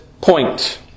point